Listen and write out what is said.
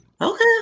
Okay